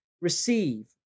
receive